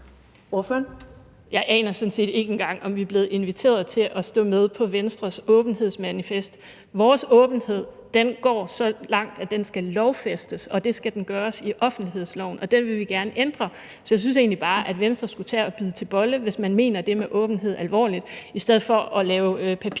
set ikke engang, om vi er blevet inviteret til at stå med på Venstres åbenhedensmanifest. Vores åbenhed går så langt, at den skal lovfæstes, og det skal gøres i offentlighedsloven, og den vil vi gerne ændre. Så jeg synes egentlig bare, at Venstre skulle tage og bide til bolle, hvis man mener det med åbenhed alvorligt. I stedet for at lave papirer